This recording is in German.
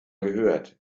gehört